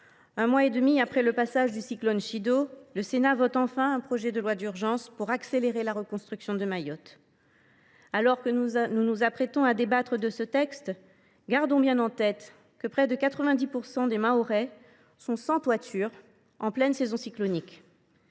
un mois et demi après le passage du cyclone Chido, le Sénat examine, enfin, un projet de loi d’urgence pour accélérer la reconstruction de Mayotte. Alors que nous commençons à débattre de ce texte, gardons bien en tête que près de 90 % des Mahorais sont sans toiture, en pleine saison cyclonique.